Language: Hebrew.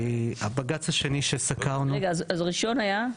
הבג"צ השני שסקרנו --- רגע, אז ראשון היה?